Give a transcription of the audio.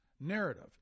narrative